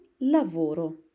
lavoro